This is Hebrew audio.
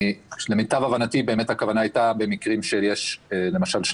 למיטב הבנתי הכוונה הייתה למקרים שיש שני